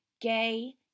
Gay